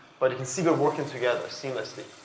but you can see we're working together seamlessly.